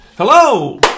Hello